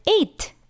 eight